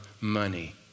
money